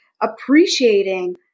appreciating